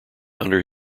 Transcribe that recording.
under